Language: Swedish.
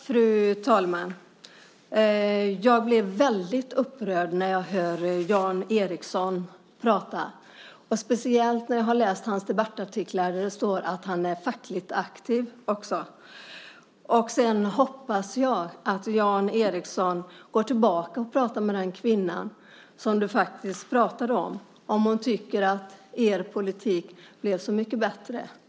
Fru talman! Jag blir väldigt upprörd när jag hör Jan Ericson prata och speciellt efter att ha läst hans debattartiklar där det står att han är fackligt aktiv. Jag hoppas att du, Jan Ericson, går tillbaka till den kvinna som du pratat om och frågar henne om hon tycker att er politik blev så mycket bättre.